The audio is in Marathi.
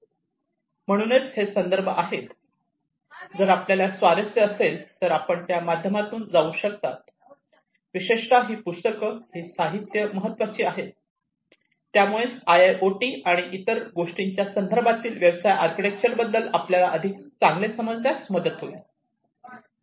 म्हणूनच हे संदर्भ आहेत जर आपल्याला स्वारस्य असेल तर आपण त्या माध्यमातून जाऊ शकता विशेषत ही पुस्तके ही साहित्य महत्त्वाची आहेत यामुळे आयओटी आणि इतर गोष्टींच्या संदर्भात व्यवसाय आर्किटेक्चरबद्दल आपल्याला अधिक चांगले समजण्यास मदत होईल